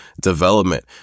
development